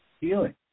healing